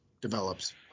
develops